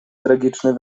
tragiczny